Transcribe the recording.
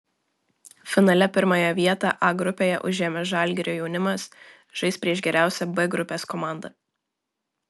finale pirmąją vietą a grupėje užėmęs žalgirio jaunimas žais prieš geriausią b grupės komandą